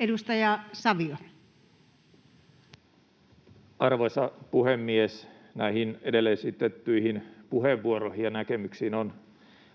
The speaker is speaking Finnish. Content: Arvoisa puhemies! Edellä esitettyihin puheenvuoroihin ja näkemyksiin